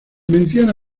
menciona